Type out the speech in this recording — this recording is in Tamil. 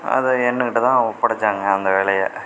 அதை என்கிட்டதான் ஒப்படைச்சாங்க அந்த வேலையை